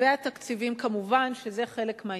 והתקציבים, כמובן, שזה חלק מהעניין,